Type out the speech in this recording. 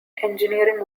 engineering